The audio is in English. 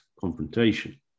confrontation